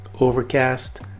Overcast